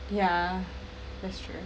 yeah that's true